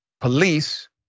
Police